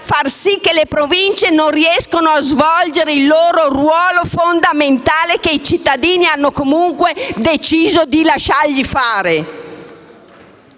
lasciare che le Province non riescano a svolgere il loro ruolo fondamentale che i cittadini hanno comunque deciso di lasciargli